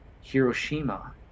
Hiroshima